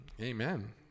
Amen